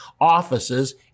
offices